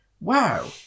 Wow